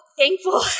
thankful